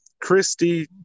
Christie